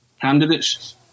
candidates